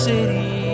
City